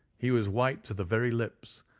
he was white to the very lips,